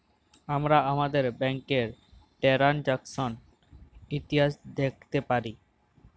আমরা আমাদের ব্যাংকের টেরানযাকসন ইতিহাস দ্যাখতে পারি